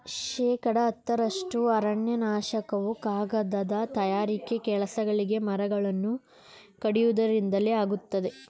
ಶೇಕಡ ಹತ್ತರಷ್ಟು ಅರಣ್ಯನಾಶವು ಕಾಗದ ತಯಾರಿಕೆ ಕೆಲಸಗಳಿಗೆ ಮರಗಳನ್ನು ಕಡಿಯುವುದರಿಂದಲೇ ಆಗುತ್ತಿದೆ